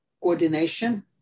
coordination